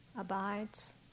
abides